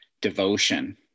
devotion